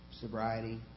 sobriety